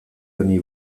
honi